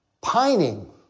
Pining